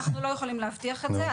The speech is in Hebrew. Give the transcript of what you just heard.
אנחנו לא יכולים להבטיח את זה,